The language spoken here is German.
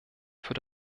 für